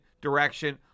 direction